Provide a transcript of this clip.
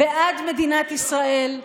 בעד מדינת ישראל,